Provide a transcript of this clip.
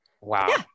Wow